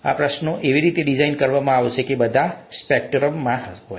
આ પ્રશ્નો એવી રીતે ડિઝાઇન કરવામાં આવશે કે તે બધા સ્પેક્ટ્રમમાં હોય